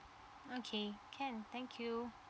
okay can thank you